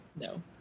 no